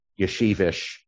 yeshivish